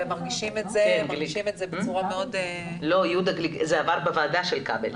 ומרגישים את זה בצורה מאוד --- זה עבר בוועדה של כבל,